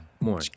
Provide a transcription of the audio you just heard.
more